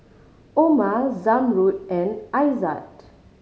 Omar Zamrud and Aizat